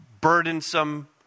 burdensome